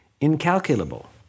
incalculable